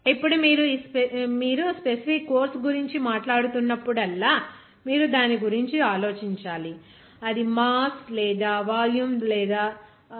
ఇప్పుడు మీరు specific course గురించి మాట్లాడుతున్న ప్పుడల్లా మీరు దాని గురించి ఆలోచించాలి అది మాస్ లేదా వాల్యూమ్ ద్వారా డివైడ్ చేయబడాలి